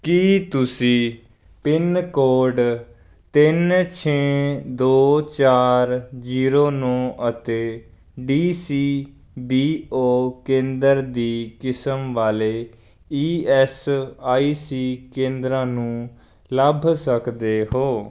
ਕੀ ਤੁਸੀਂ pin code ਤਿੰਨ ਛੇ ਦੋ ਚਾਰ ਜ਼ੀਰੋ ਨੌਂ ਅਤੇ ਡੀ ਸੀ ਬੀ ਓ ਕੇਂਦਰ ਦੀ ਕਿਸਮ ਵਾਲੇ ਈ ਐਸ ਆਈ ਸੀ ਕੇਂਦਰਾਂ ਨੂੰ ਲੱਭ ਸਕਦੇ ਹੋ